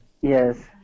Yes